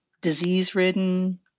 disease-ridden